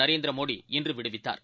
Narendra Modi இன்றுவிடுவித்தாா்